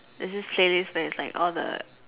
there's this playlist where it's like all the